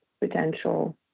potential